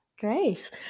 Great